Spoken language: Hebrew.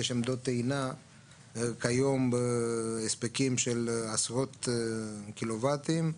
יש עמדות טעינה כיום בהספקים של עשרות קילו וואטים,